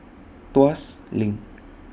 Tuas LINK